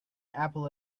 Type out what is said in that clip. apple